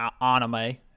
anime